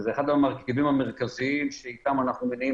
שזה אחד המרכיבים המרכזיים שאתם אנחנו מניעים